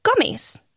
gummies